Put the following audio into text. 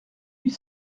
huit